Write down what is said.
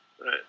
Right